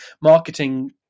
marketing